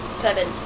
Seven